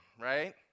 right